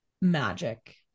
magic